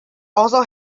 also